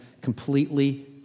completely